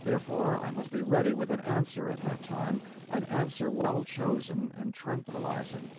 therefore, i must be ready with an answer at that time an answer well chosen and tranquilizing.